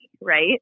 right